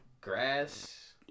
Grass